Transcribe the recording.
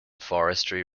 forestry